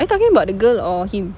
are you talking about the girl or him